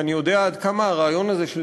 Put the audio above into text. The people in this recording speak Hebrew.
כי אני יודע עד כמה הרעיון הזה של